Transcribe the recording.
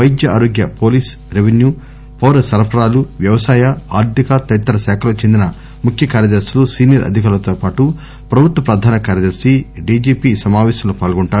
వైద్య ఆరోగ్య police revenue పౌర సరఫరాలు వ్యవసాయ ఆర్దిక తదితర శాఖలకు చెందిన ముఖ్య కార్యదర్పులు సీనియర్ అధికారులతోపాటు ప్రభుత్వ ప్రధాన కార్యదర్ని డిజిపి ఈ సమాపేశంలో పాల్గొంటారు